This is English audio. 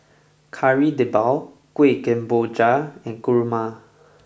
Kari Debal Kuih Kemboja and Kurma